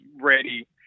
ready